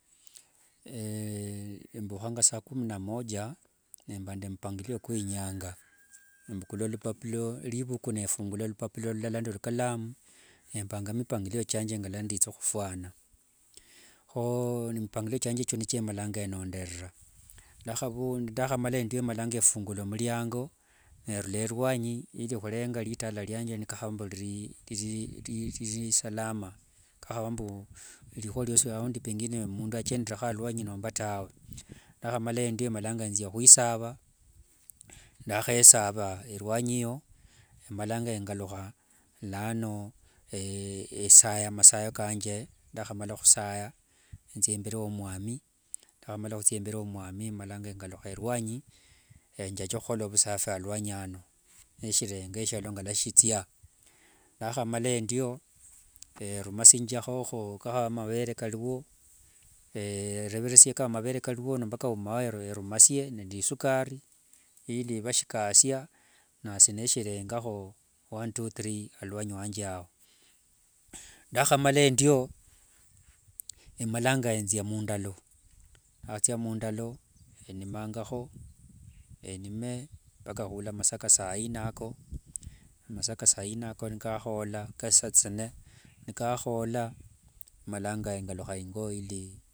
esye mbukhanga saa kumi na moja nemba nde mupangilio kwinyanga, embukula lupapuko rivuku nifungula lupapo nde ikalamu, nembanga mupangilio chianje nganditha khufwana, khoo nemipangilio chanze iko nechamalanga nonderera, ndakhamala endio malanga nefungula miriango, nerula ruanyi khurenga ritala rianje kakhavanga mburiri salama, kakhavanga mbu rikhuwa riosi riosi, kakhavanga mbu mundu achenderekho ruanyi nomba tawe, ndakhamala endio malanga ninzia khwisava, ndakhesava eruanyi eyo emalanga nengalukha lano essaya masayo kanje, ndakhamala khusaya ninzia imberi wa mwami, ndakhamala khuthia imberi womwami emalanga njache khukhola vusafi aluanyi ano, neshirenga shialo ngilua shithia, ndakhamala endio erumanisiangakho kakhavanga mavere kario, ereveresiakho kakhavanga mavere kario nomba kaumao erumanisie nde esukari ili vashikasia, nashi neshirengakho one two three aluanyi wanje ao. Ndakhamala endio, emalanga nzia mundalo, ndakhathia mundalo malangakho endimakho, endime mpaka masa ka saine ako, masa ka saine ako nikakhola masa kasathine malanga engalukha mungo ili.